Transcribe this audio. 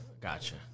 gotcha